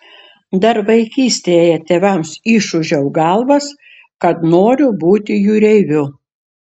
dar vaikystėje tėvams išūžiau galvas kad noriu būti jūreiviu